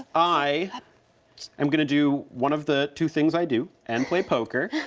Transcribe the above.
i am gonna do one of the two things i do, and play poker